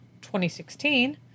2016